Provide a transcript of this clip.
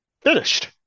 finished